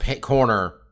corner